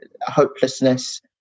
hopelessness